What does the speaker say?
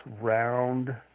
round